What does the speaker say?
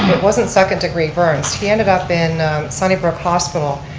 wasn't second degree burns, he ended up in sunnybrook hospital.